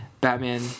Batman